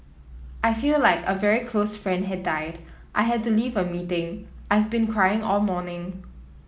I feel like a very close friend had died I had to leave a meeting I've been crying all morning